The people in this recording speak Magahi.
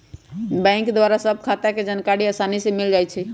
बैंक द्वारा सभ खता के जानकारी असानी से मिल जाइ छइ